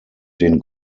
den